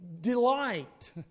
delight